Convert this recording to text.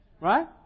Right